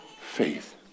faith